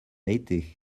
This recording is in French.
été